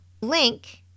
link